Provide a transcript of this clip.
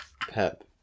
Pep